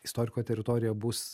istoriko teritorija bus